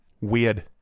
Weird